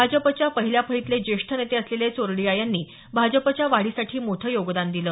भाजपच्या पहिल्या फळीतले ज्येष्ठ नेते असलेले चोरडिया यांनी भाजपच्या वाढीसाठी मोठं योगदान दिलं